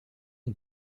ont